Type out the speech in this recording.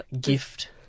gift